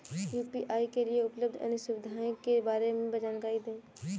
UPI के लिए उपलब्ध अन्य सुविधाओं के बारे में जानकारी दें?